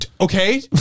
Okay